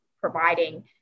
providing